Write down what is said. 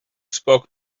spoke